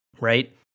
right